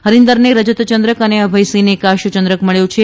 હરિન્દરને રજત ચંદ્રક અને અભયસિંહને કાંસ્યચંદ્રક મળ્યો છે